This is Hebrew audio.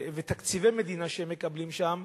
ותקציבי מדינה שמקבלים שם,